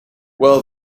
well